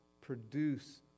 produce